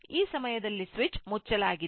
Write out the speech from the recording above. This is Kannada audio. ಈ ಸಮಯದಲ್ಲಿ ಸ್ವಿಚ್ ಮುಚ್ಚಲಾಗಿದೆ